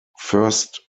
first